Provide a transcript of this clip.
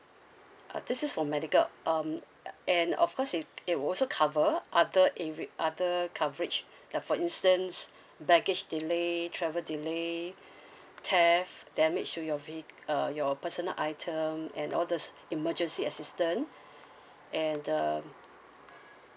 uh this is for medical um and of course it it also cover other areas other coverage like for instance baggage delay travel delay theft damage to your ve~ your personal item um and all this emergency assistance and um